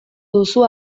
duzu